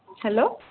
hello